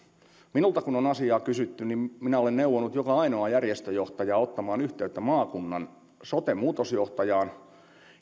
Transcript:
minulta kun on asiaa kysytty niin minä olen neuvonut joka ainoaa järjestöjohtajaa ottamaan yhteyttä maakunnan sote muutosjohtajaan